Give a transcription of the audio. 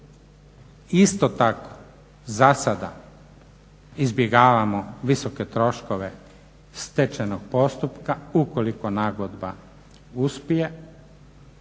isto tako za sada izbjegavamo visoke troškove stečajnog postupka ukoliko nagodba uspije